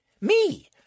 Me